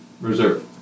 reserve